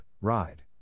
Ride